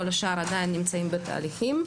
כל השאר עדיין נמצאים בתהליכים.